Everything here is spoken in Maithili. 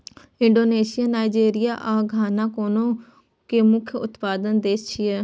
इंडोनेशिया, नाइजीरिया आ घाना कोको के मुख्य उत्पादक देश छियै